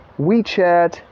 wechat